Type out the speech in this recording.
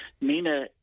Nina